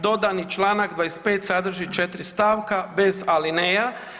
Dodani članak 25. sadrži 4 stavka bez alineja.